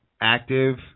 active